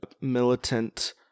militant